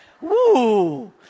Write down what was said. woo